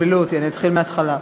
אני אתחיל מהתחלה.